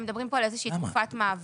הם מדברים פה על איזה שהיא תקופת מעבר,